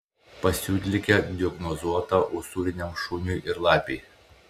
pasiutligė diagnozuota usūriniam šuniui ir lapei